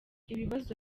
ibibazo